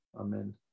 Amen